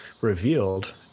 revealed